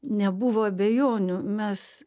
nebuvo abejonių mes